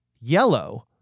yellow